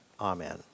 Amen